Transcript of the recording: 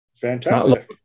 Fantastic